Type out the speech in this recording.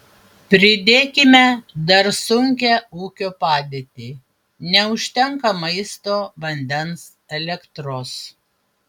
pridėkime dar sunkią ūkio padėtį neužtenka maisto vandens elektros